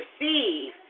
receive